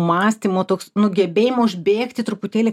mąstymo toks nu gebėjimo užbėgti truputėlį